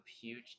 huge